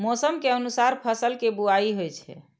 मौसम के अनुसार फसल के बुआइ होइ छै